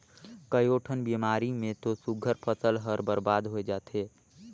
कयोठन बेमारी मे तो सुग्घर फसल हर बरबाद होय जाथे